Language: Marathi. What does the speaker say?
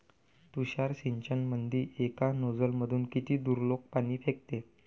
तुषार सिंचनमंदी एका नोजल मधून किती दुरलोक पाणी फेकते?